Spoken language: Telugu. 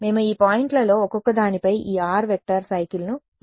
మేము ఈ పాయింట్లలో ఒక్కొక్కదానిపై ఈ r వెక్టార్ సైకిల్ను ఒక్కొక్కటిగా చేసాము